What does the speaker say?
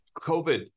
COVID